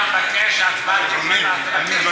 אדבר על משהו אחר: בישראל חיים מאות אלפי אנשים ללא פנסיה,